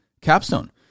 Capstone